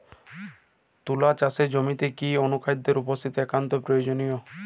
তুলা চাষের জমিতে কি কি অনুখাদ্যের উপস্থিতি একান্ত প্রয়োজনীয়?